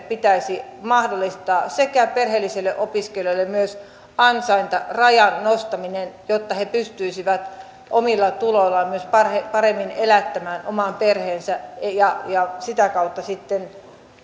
pitäisi mahdollistaa sekä perheellisille opiskelijoille myös ansaintarajan nostaminen jotta he pystyisivät omilla tuloillaan myös paremmin paremmin elättämään oman perheensä ja ja sitä kautta sitten